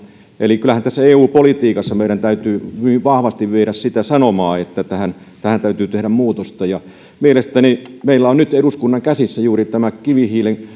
eli kyllähän tässä eu politiikassa meidän täytyy hyvin vahvasti viedä sitä sanomaa että tähän täytyy tehdä muutosta meillä on nyt eduskunnan käsissä juuri tämä kivihiilen